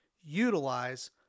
utilize